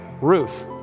Ruth